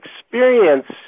experience